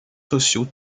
sociaux